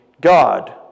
God